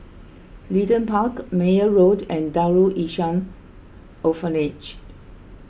Leedon Park Meyer Road and Darul Ihsan Orphanage